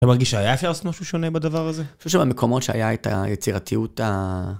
אתה מרגיש שהיה אפשר לעשות משהו שונה בדבר הזה? אני חושב במקומות שהיה את היצירתיות ה...